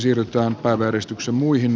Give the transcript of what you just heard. värderade herr talman